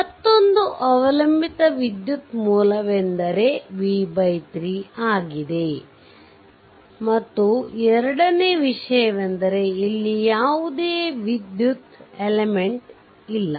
ಮತ್ತೊಂದು ಅವಲಂಬಿತ ವಿದ್ಯುತ್ ಮೂಲವೆಂದರೆ v3ಆಗಿದೆ ಮತ್ತು ಎರಡನೆಯ ವಿಷಯವೆಂದರೆ ಇಲ್ಲಿ ಯಾವುದೇ ವಿದ್ಯುತ್ ಏಲಿಮೆಂಟ್ ಏನೂ ಇಲ್ಲ